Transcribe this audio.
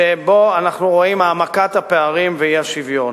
שבו אנחנו רואים העמקת הפערים ואי-השוויון.